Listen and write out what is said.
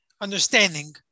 understanding